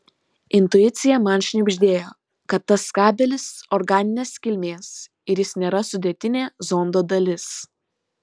intuicija man šnibždėjo kad tas kabelis organinės kilmės ir jis nėra sudėtinė zondo dalis